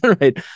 right